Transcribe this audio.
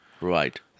Right